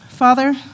Father